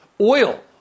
Oil